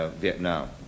Vietnam